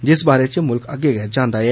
जिस बारै च मुल्ख अग्गै गै जानदा ऐ